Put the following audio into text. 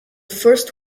first